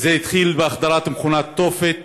זה התחיל בהחדרת מכונית תופת